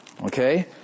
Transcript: okay